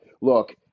Look